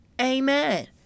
Amen